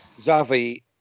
Zavi